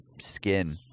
skin